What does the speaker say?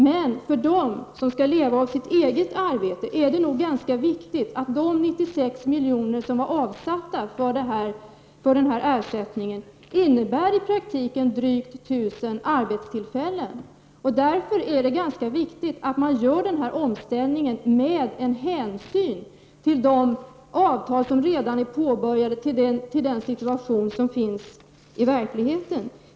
Men för dem som skall leva av sitt eget arbete är det nog ganska viktigt att de 96 milj.kr. som är avsatta för denna ersättning i praktiken innebär drygt 1 000 arbetstillfällen. Det är ganska viktigt att man gör denna omställning med hänsyn till de avtal som redan träffats och den situation som finns i verkligheten.